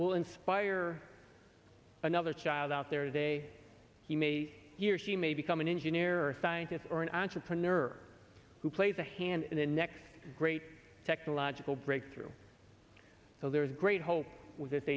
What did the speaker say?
will inspire another child out there today he may he or she may become an engineer or scientist or an entrepreneur who plays a hand in the next great technological breakthrough so there is great hope with this